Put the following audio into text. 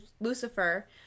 Lucifer